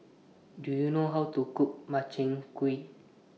Do YOU know How to Cook Makchang Gui